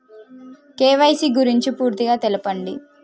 KYC గురించి పూర్తిగా తెలపండి?